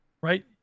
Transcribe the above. right